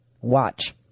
Watch